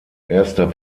erster